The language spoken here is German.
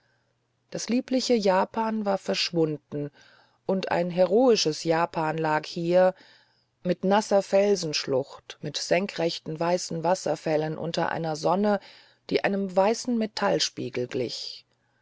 das liebliche japan war verschwunden und ein heroisches japan lag hier mit nasser felsenschlucht mit senkrechten weißen wasserfällen unter einer sonne die einem weißen metallspiegel glich